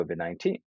COVID-19